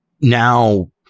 now